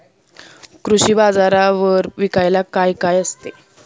कृषी बाजारावर विकायला काय काय असते?